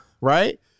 Right